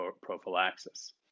prophylaxis